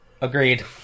Agreed